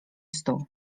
stół